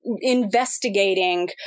investigating